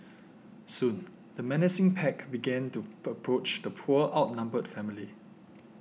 soon the menacing pack began to approach the poor outnumbered family